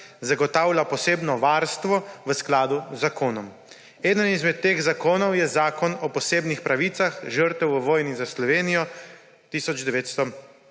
zagotavlja posebno varstvo v skladu z zakonom. Eden izmed teh zakonov je Zakon o posebnih pravicah žrtev v vojni za Slovenijo 1991.